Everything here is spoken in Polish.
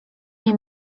nie